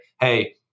hey